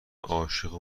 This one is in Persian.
عاشق